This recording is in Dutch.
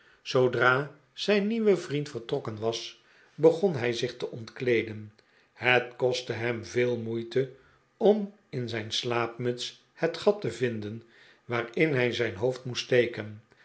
zoodra zijn nieuwe vriend vertrokken was begon hij zich te ontkleedenj het kostte hem veel moeite om in zijn slaapmuts het gat te vinden waarin hij zijn hoofd moest steken